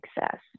success